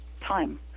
time